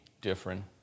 different